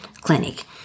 clinic